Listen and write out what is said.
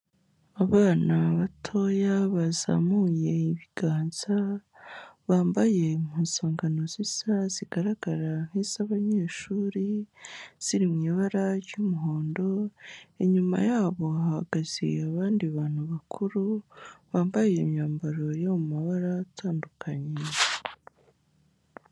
Abana batoya bazamuye ibiganza, bambaye mu nzangano zisa zigaragara nk'iz'abanyeshuri, ziri mu ibara ry'umuhondo, inyuma yabo hahagaze abandi bantu bakuru, bambaye imyambaro yo mu mabara atandukanye.